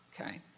okay